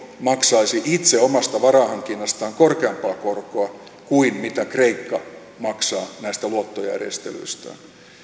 maksaisi itse omasta varainhankinnastaan korkeampaa korkoa kuin maksaa näistä luottojärjestelyistään